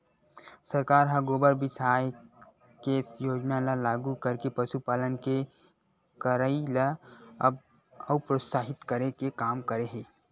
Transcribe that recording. सरकार ह गोबर बिसाये के योजना ल लागू करके पसुपालन के करई ल अउ प्रोत्साहित करे के काम करे हे